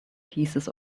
pieces